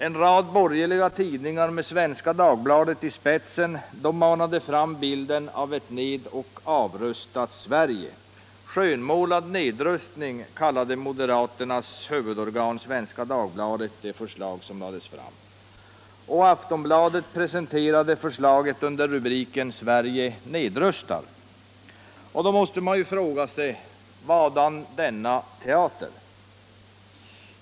En rad borgerliga tidningar med Svenska Dagbladet i spetsen manade fram bilden av ett nedoch avrustat Sverige. ”Skönmålad nedrustning” kallade moderaternas huvudorgan Svenska Dagbladet det förslag som lades fram. Och Aftonbladet presenterade förslaget under rubriken ”Sverige nedrustar”. Då måste man ju fråga sig: Vadan denna teater?